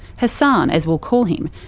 hassan, as we'll call him,